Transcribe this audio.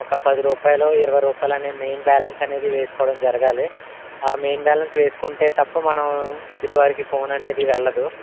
ఒక పది రూపాయిలో ఇరవై రూపాయలనే మెయిన్ బాలన్స్ అనేది వేసుకోవడం జరగాలి ఆ మెయిన్ బాలన్స్ వేసుకుంటే తప్ప మనం ఎదుటివారికి ఫోన్ అనేది వెళ్ళదు